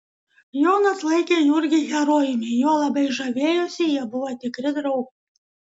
jonas laikė jurgį herojumi juo labai žavėjosi jie buvo tikri draugai